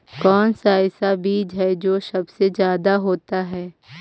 कौन सा ऐसा बीज है जो सबसे ज्यादा होता है?